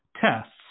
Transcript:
tests